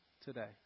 today